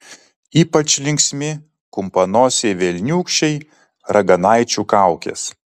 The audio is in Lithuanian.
ypač linksmi kumpanosiai velniūkščiai raganaičių kaukės